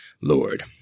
Lord